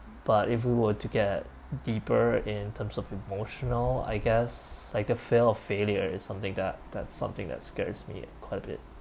but if we were to get deeper in terms of emotional I guess like the fear of failure is something that that's something that scares me quite a bit